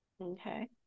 Okay